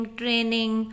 training